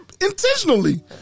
intentionally